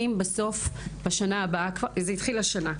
זה התחיל השנה.